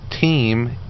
team